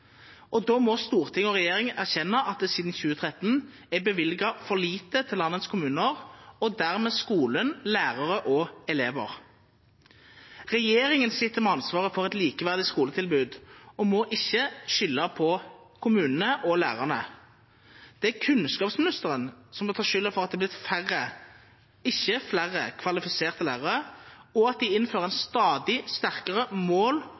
Da må Stortinget og regjeringen erkjenne at det siden 2013 er bevilget for lite til landets kommuner og dermed til skolen, lærere og elever. Regjeringen sitter med ansvaret for et likeverdig skoletilbud og må ikke skylde på kommunene og lærerne. Det er kunnskapsministeren som må ta skylden for at det er blitt færre – ikke flere – kvalifiserte lærere, og at de innfører en stadig sterkere mål-